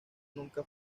nunca